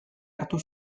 hartu